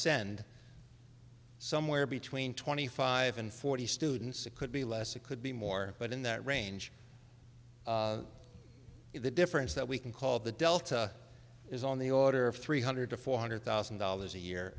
send somewhere between twenty five and forty students it could be less it could be more but in that range the difference that we can call the delta is on the order of three hundred to four hundred thousand dollars a year